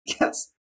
Yes